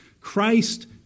Christ